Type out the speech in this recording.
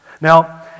Now